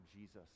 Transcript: Jesus